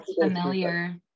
familiar